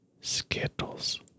Skittles